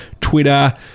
Twitter